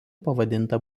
pavadinta